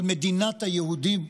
אבל מדינת היהודים,